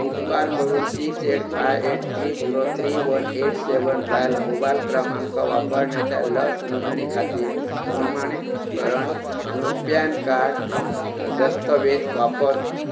उपकार करून six eight five eight three zero three one eight mobile क्रमांक वापरण्याचा लस नोंदणी खातीर प्रमाणीकरण म्हुणून पॅन कार्ड दस्तवेज वापर